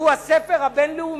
שהוא הספר הבין-לאומי,